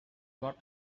got